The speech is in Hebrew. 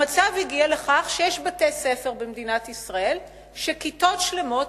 המצב הגיע לכך שיש בתי-ספר במדינת ישראל שכיתות שלמות,